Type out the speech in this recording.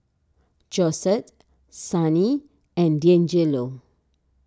Josette Sonny and Deangelo